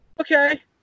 okay